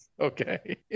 Okay